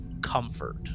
comfort